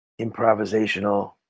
improvisational